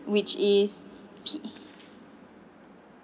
which is P